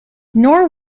nor